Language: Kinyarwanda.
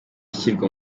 ishyirwa